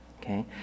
okay